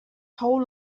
whole